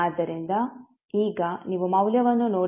ಆದ್ದರಿಂದ ಈಗ ನೀವು ಮೌಲ್ಯವನ್ನು ನೋಡಿದರೆ